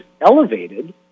elevated